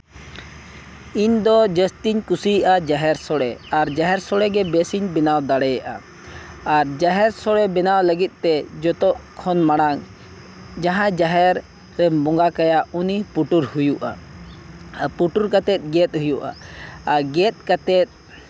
ᱤᱧᱫᱚ ᱡᱟᱹᱥᱛᱤᱧ ᱠᱩᱥᱤᱭᱟᱜᱼᱟ ᱡᱟᱦᱮᱨ ᱥᱳᱲᱮ ᱟᱨ ᱡᱟᱦᱮᱨ ᱥᱳᱲᱮᱜᱮ ᱵᱮᱥᱤᱧ ᱵᱮᱱᱟᱣ ᱫᱟᱲᱮᱭᱟᱜᱼᱟ ᱟᱨ ᱡᱟᱦᱮᱨ ᱥᱳᱲᱮ ᱵᱮᱱᱟᱣ ᱞᱟᱹᱜᱤᱫᱛᱮ ᱡᱚᱛᱚ ᱠᱷᱚᱱ ᱢᱟᱲᱟᱝ ᱡᱟᱦᱟᱸᱭ ᱡᱟᱦᱮᱨ ᱨᱮᱢ ᱵᱚᱸᱜᱟ ᱠᱟᱭᱟ ᱩᱱᱤ ᱯᱩᱴᱩᱨ ᱦᱩᱭᱩᱜᱼᱟ ᱟᱨ ᱯᱩᱴᱩᱨ ᱠᱟᱛᱮᱫ ᱜᱮᱫ ᱦᱩᱭᱩᱜᱼᱟ ᱟᱨ ᱜᱮᱫ ᱠᱟᱛᱮᱫ